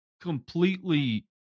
completely